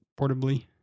portably